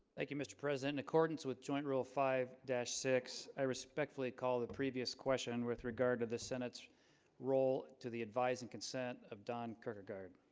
thank you mr. president accordance with joint rule five six i respectfully call the previous question with regard to the senate's role to the advise and consent of don kirkegaard